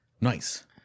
Nice